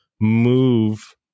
move